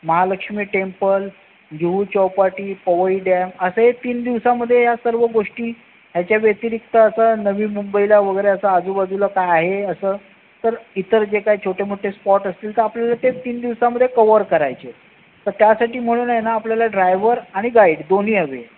Mahalakshmi temple Juhu Chowpatty Powai dam असं हे तीन दिवासामध्ये ह्या सर्व गोष्टी ह्याच्या व्यतिरिक्त असं नवी मुंबईला वगैरे असं आजूबाजूला काय आहे असं तर इतर जे काही छोटे मोठे स्पॉट असतील तर आपल्याला ते तीन दिवसामध्ये कवर करायचे तर त्यासाठी म्हणून आहे ना आपल्याला ड्रायवर आणि गाईड दोन्ही हवे